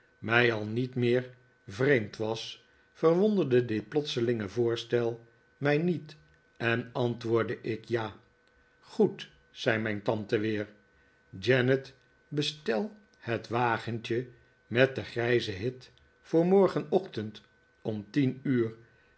mij al niet meer vreemd was verwonderde dit plotselinge voorstel mij niet en antwoordde ik ja goed zei mijn tante weer janet bestel het wagentje met den grijzen hit voor morgenochtend om tien uur